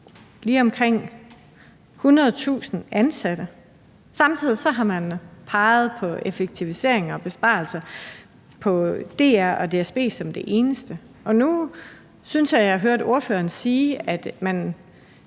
lige omkring 100.000 ansatte. Samtidig har man peget på effektiviseringer og besparelser på DR og DSB som det eneste. Nu synes jeg, jeg hørte ordføreren sige, at man